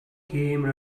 came